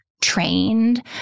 trained